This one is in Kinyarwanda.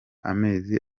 amezi